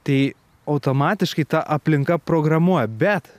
tai automatiškai ta aplinka programuoja bet